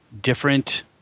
different